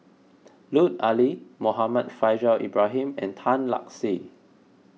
Lut Ali Muhammad Faishal Ibrahim and Tan Lark Sye